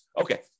Okay